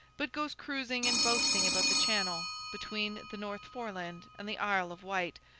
but goes cruising and boasting about the channel, between the north foreland and the isle of wight,